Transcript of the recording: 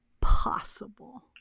possible